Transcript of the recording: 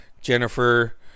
Jennifer